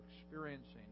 experiencing